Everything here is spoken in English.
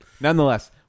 Nonetheless